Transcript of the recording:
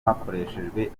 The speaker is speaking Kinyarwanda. hakoreshejwe